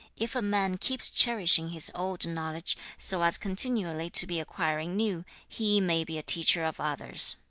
if a man keeps cherishing his old knowledge, so as continually to be acquiring new, he may be a teacher of others